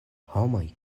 homoj